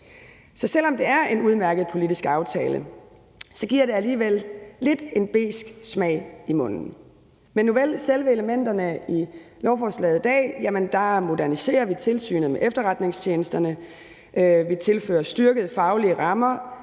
Så selv om det er en udmærket politisk aftale, giver det alligevel lidt en besk smag i munden. Nuvel, med selve elementerne i lovforslaget i dag moderniserer vi tilsynet med efterretningstjenesterne ved at tilføre styrkede faglige rammer.